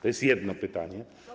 To jest jedno pytanie.